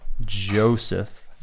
Joseph